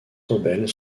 rebelles